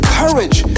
courage